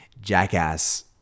jackass